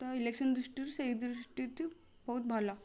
ତ ଇଲେକ୍ସନ ଦୃଷ୍ଟିରୁ ସେଇ ଦୃଷ୍ଟିଟି ବହୁତ ଭଲ